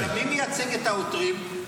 מי מייצג את העותרים?